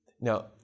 Now